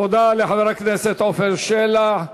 תודה לחבר הכנסת עפר שלח.